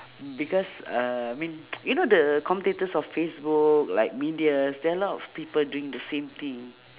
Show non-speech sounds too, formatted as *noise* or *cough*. because uh mean *noise* you know the commentators of Facebook like medias there a lot of people doing the same thing